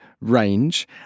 range